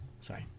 Sorry